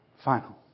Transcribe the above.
Final